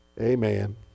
Amen